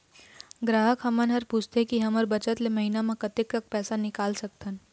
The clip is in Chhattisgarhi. ग्राहक हमन हर पूछथें की हमर बचत ले महीना मा कतेक तक पैसा निकाल सकथन?